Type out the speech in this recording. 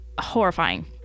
horrifying